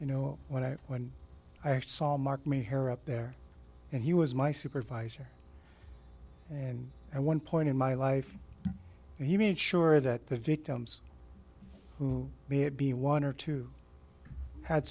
you know when i when i saw mark my hair up there and he was my supervisor and and one point in my life he made sure that the victims who maybe one or two had